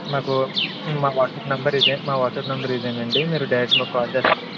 మాకు మా WhatsApp number ఇదే మా వాట్సప్ నెంబర్ ఇదేనండీ మీరు డైరెక్ట్ మాకు కాల్ చేస్తే